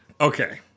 okay